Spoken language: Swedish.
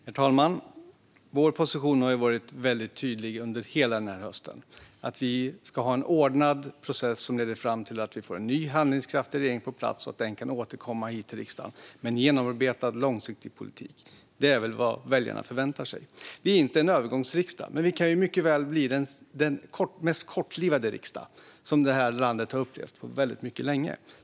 Herr talman! Vår position har varit väldigt tydlig under hela denna höst: Vi ska ha en ordnad process som leder fram till att vi får en ny handlingskraftig regering på plats, så att den kan återkomma hit till riksdagen med en genomarbetad, långsiktig politik. Det är väl vad väljarna förväntar sig. Vi är inte en övergångsriksdag, men vi kan mycket väl bli den mest kortlivade riksdag som detta land har upplevt på mycket länge.